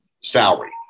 salary